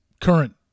current